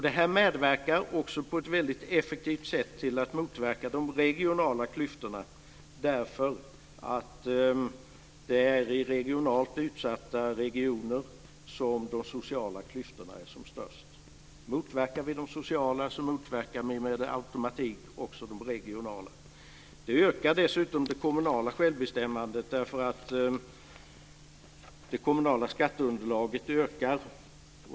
Det här medverkar också på ett väldigt effektivt sätt till att motverka de regionala klyftorna eftersom det är i utsatta regioner som de sociala klyftorna är som störst. Om vi motverkar de sociala klyftorna motverkar vi med automatik också de regionala klyftorna. Det ökar dessutom det kommunala självbestämmandet eftersom det kommunala skatteunderlaget ökar.